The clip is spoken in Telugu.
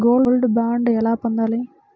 గోల్డ్ బాండ్ ఎలా పొందాలి?